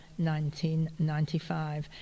1995